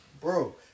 bro